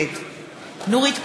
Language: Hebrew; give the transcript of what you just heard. נגד נורית קורן,